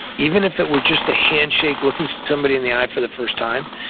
even if it were just a handshake, looking somebody in the eye for the first time,